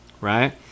right